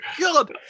God